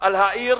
על העיר